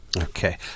Okay